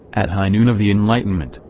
at high noon of the enlightenment,